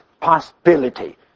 possibility